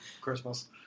Christmas